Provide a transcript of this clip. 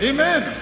Amen